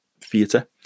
theatre